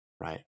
right